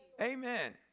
Amen